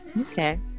okay